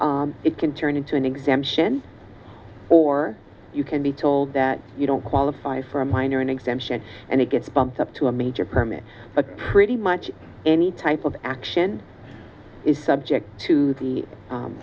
it can turn into an exemption or you can be told that you don't qualify for a minor an exemption and it gets bumped up to a major premise of pretty much any type of action is subject to the